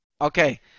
Okay